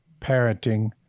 parenting